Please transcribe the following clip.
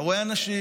אתה רואה אנשים,